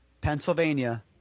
Pennsylvania